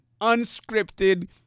unscripted